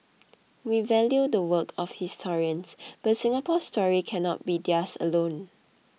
we value the work of historians but Singapore's story cannot be theirs alone